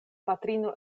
patrino